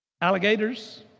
Alligators